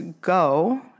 go